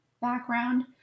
background